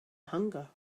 hunger